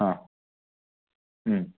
ആ മ്മ്